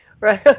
Right